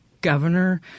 governor